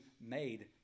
made